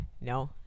no